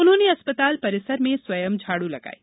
उन्होंने अस्पताल परिसर में स्वयं झाड़ू लगायी